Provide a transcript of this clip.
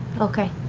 okay.